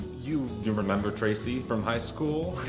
you you remember tracy from high school?